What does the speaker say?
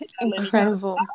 Incredible